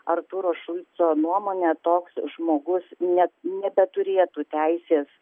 artūro šulco nuomone toks žmogus net nebeturėtų teisės